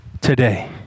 today